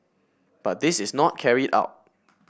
but this is not carried out